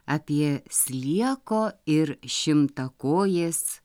apie slieko ir šimtakojės